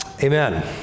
Amen